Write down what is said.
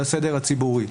על סדר-היום: